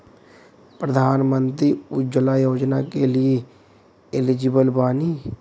प्रधानमंत्री उज्जवला योजना के लिए एलिजिबल बानी?